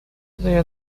their